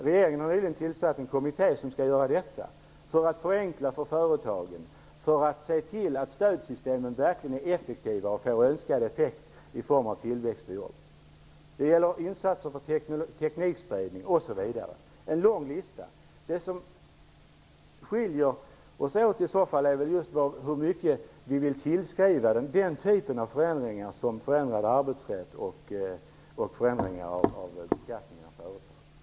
Regeringen har nyligen tillsatt en kommitté som skall göra detta, i syfte att förenkla för företagen och att se till att stödsystemen verkligen är effektiva och får önskad effekt i form av tillväxt och jobb. Det gäller insatser för teknikspridning osv. Det är en lång lista. Det som skiljer oss åt är i så fall hur mycket vi vill tillskriva den typen av förändringar som förändrad arbetsrätt och förändrad beskattning av företag.